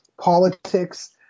politics